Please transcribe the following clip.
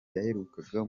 yaherukaga